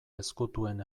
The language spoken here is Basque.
ezkutuen